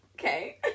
Okay